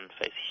face